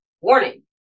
warning